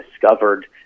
discovered